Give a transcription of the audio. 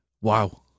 wow